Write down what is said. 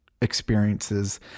experiences